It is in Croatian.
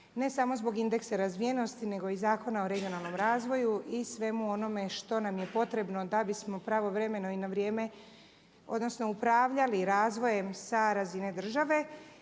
ne samo zbog indeksa razvijenosti, nego i Zakona o regionalnom razvoju i svemu onome što nam je potrebno da bismo pravovremeno i na vrijeme odnosno upravljali razvojem sa razine države.